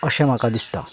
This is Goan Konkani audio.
अशें म्हाका दिसता